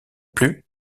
plus